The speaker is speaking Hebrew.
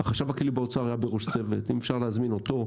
החשב הכללי באוצר עמד בראש צוות אם אפשר להזמין אותו.